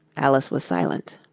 alice was silent.